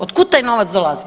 Od kud taj novac dolazi?